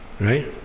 Right